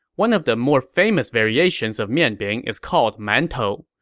one of the more famous variations of mian bing is called man tou.